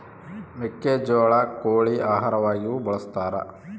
ಮೆಕ್ಕೆಜೋಳ ಕೋಳಿ ಆಹಾರವಾಗಿಯೂ ಬಳಸತಾರ